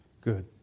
Good